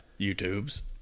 youtube's